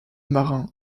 marin